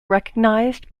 recognized